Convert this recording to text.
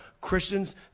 Christians